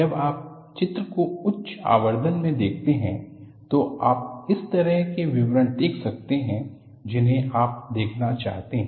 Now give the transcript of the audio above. जब आप चित्र को उच्च आवर्धन में देखते हैं तो आप उस तरह के विवरण देख सकते है जिन्हे आप देखना चाहते हैं